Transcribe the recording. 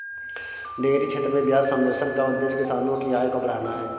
dairy क्षेत्र में ब्याज सब्वेंशन का उद्देश्य किसानों की आय को बढ़ाना है